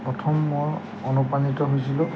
প্ৰথম মই অনুপ্ৰাণিত হৈছিলোঁ